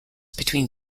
between